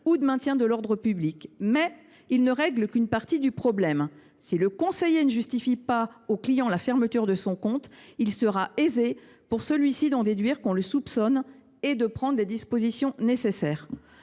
ou de maintien de l’ordre public. Toutefois, il ne règle qu’une partie du problème. Si le conseiller ne justifie pas au client la fermeture de son compte, ce dernier pourra aisément en déduire qu’on le soupçonne et ainsi prendre les dispositions nécessaires.